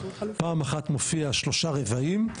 פעם אחת מופיע שלושה רבעים,